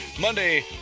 monday